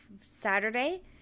Saturday